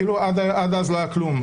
כאילו עד אז לא היה כלום,